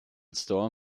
store